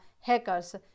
hackers